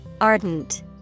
Ardent